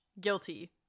guilty